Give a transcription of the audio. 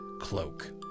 cloak